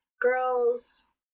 girls